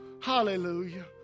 hallelujah